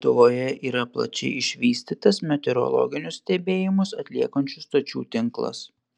lietuvoje yra plačiai išvystytas meteorologinius stebėjimus atliekančių stočių tinklas